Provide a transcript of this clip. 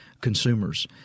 consumers